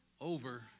over